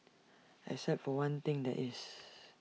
except for one thing that is